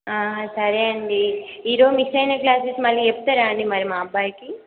సరే అండి ఈ రోజు మిస్ అయిన క్లాసెస్ మళ్ళీ చెప్తారా అండి మరి మా అబ్బాయికి